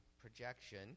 projection